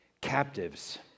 captives